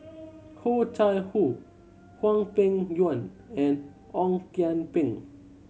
Oh Chai Hoo Hwang Peng Yuan and Ong Kian Peng